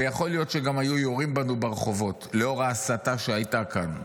ויכול להיות שגם היו יורים בנו ברחובות לאור ההסתה שהייתה כאן,